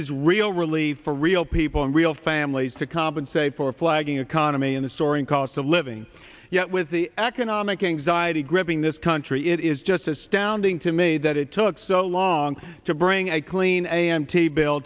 is real relief for real people and real families to compensate for a flagging economy and the soaring cost of living yet with the economic anxiety gripping this country it is just astounding to me that it took so long to bring a clean a m t bill